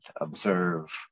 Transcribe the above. observe